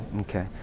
Okay